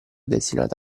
destinato